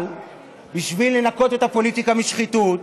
אבל בשביל לנקות את הפוליטיקה משחיתות,